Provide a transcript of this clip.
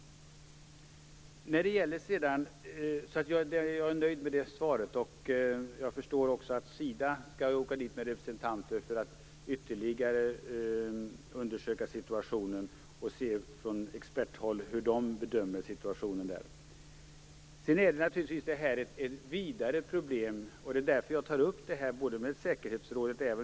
Jag är därvidlag nöjd med svaret. Jag har noterat att Sida skall sända representanter till Nordkorea för att ytterligare undersöka situationen och få en bedömning av den från experthåll. Vi har också ett vidare problem, och det är därför som jag tar upp säkerhetsrådets roll.